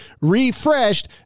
refreshed